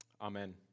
Amen